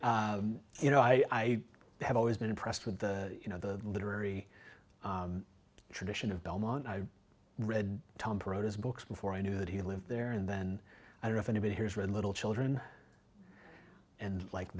conflict you know i have always been impressed with the you know the literary tradition of belmont i read tom protos books before i knew that he lived there and then i don't know if anybody has read little children and like